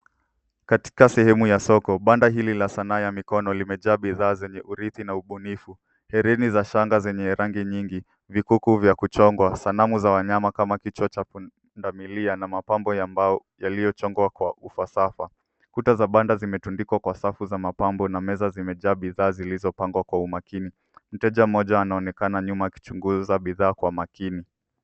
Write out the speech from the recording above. Katika sehemu ya soko, banda hili la sanaa ya mikono limejaa bidhaa zenye urithi na ubunifu. Hereni za shanga zenye rangi nyingi, vikuku vya kuchongwa, sanamu za wanyama kama kichwa cha pundamilia na mapambo ya mbao yaliyochongwa kwa ufasaha. Kuta za banda zimetundikwa kwa safu za mapambo na meza zimejaa bidhaa zilizopangwa kwa umakini. Mteja mmoja anaonekana nyuma akichunguza bidhaa kwa makini.